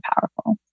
powerful